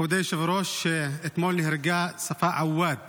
מכובדי היושב-ראש, אתמול נהרגה ספאא עואד